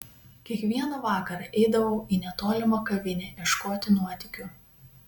kiekvieną vakarą eidavau į netolimą kavinę ieškoti nuotykių